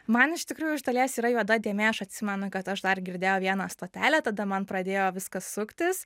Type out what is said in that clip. man iš tikrųjų iš dalies yra juoda dėmė aš atsimenu kad aš dar girdėjau vieną stotelę tada man pradėjo viskas suktis